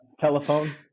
telephone